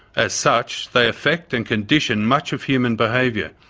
as such, they affect and condition much of human behaviour,